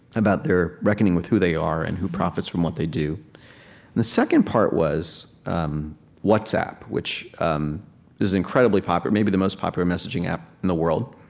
about their reckoning with who they are and who profits from what they do. and the second part was um whatsapp, which um is an incredibly popular may be the most popular messaging app in the world.